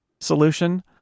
solution